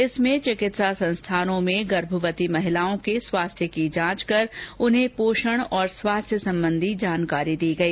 जिसमें चिकित्सा संस्थानों में गर्भवती महिलाओं के स्वस्थ्य की जांच कर उन्हें पोषण और स्वास्थ्य सम्बन्धी जानकारी दी गई